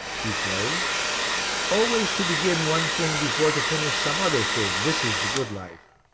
he says always to begin one thing before to finish some other thing, this is the good life.